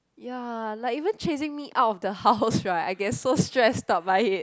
ya like even chasing me out of the house right I get so stressed about it